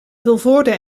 vilvoorde